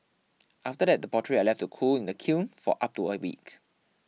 after that the pottery are left to cool in the kiln for up to a week